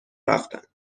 رفتند